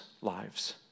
lives